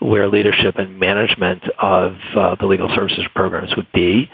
where leadership and management of the legal services programs would be.